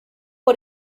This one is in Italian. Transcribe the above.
può